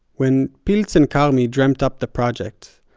when pilz and karmi dreamt up the project,